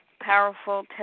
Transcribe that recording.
powerful